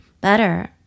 better